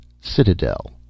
Citadel